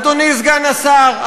אדוני סגן השר,